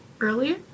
Earlier